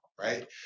right